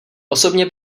osobně